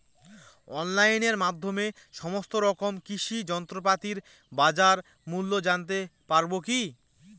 অনলাইনের মাধ্যমে সমস্ত রকম কৃষি যন্ত্রপাতির বাজার মূল্য জানতে পারবো কি?